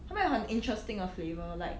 他们有很 interesting 的 flavour like